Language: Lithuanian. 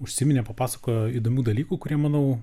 užsiminė papasakojo įdomių dalykų kurie manau